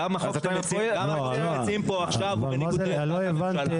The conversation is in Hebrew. גם מה שאתם מציעים פה עכשיו הוא בניגוד לעמדת הממשלה.